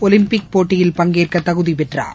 Olympic போட்டியில் பங்கேற்கதகுதிபெற்றார்